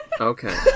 okay